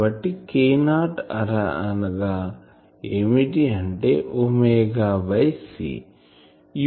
కాబట్టి K0r అనగా ఏమిటి అంటే ఒమేగా బై C